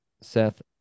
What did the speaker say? Seth